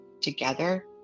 Together